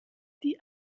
die